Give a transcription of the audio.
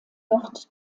dort